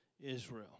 Israel